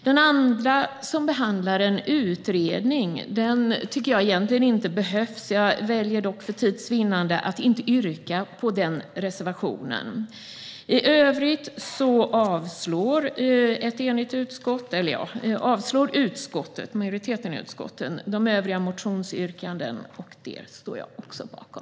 Det andra behandlar en utredning, och det tycker jag egentligen inte behövs. Jag väljer för tids vinnande att inte yrka på den reservationen. I övrigt avstyrker majoriteten i utskottet de övriga motionsyrkandena, och jag står bakom även detta.